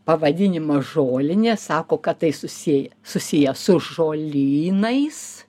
pavadinimas žolinė sako kad tai susėj susiję su žolynais